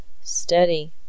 Steady